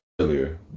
earlier